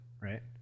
right